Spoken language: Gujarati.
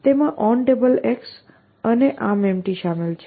તેમાં OnTable અને ArmEmpty શામેલ છે